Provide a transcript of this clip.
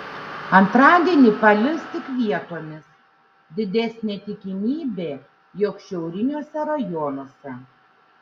antradienį palis tik vietomis didesnė tikimybė jog šiauriniuose rajonuose